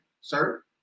Sir